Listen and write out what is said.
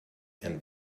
and